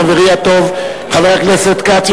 חברי הטוב חבר הכנסת כץ,